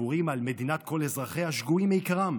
הדיבורים על מדינת כל אזרחיה שגויים מעיקרם,